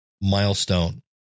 milestone